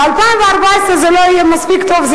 ב-2014 זה לא יהיה מספיק טוב,